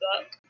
book